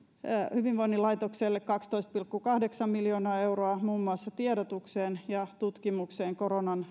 hyvinvoinnin laitokselle kaksitoista pilkku kahdeksan miljoonaa euroa muun muassa tiedotukseen ja tutkimukseen koronan